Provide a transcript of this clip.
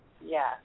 Yes